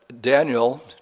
Daniel